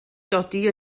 dodi